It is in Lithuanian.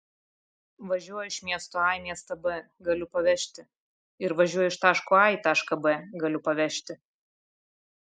važiuoju iš miesto a į miestą b galiu pavežti ir važiuoju iš taško a į tašką b galiu pavežti